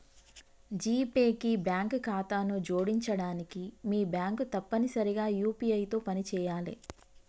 GPay కి bank ఖాతాను జోడించడానికి మీ బ్యాంక్ తప్పనిసరిగా యూ.పీ.ఐ తో పనిచేయాలే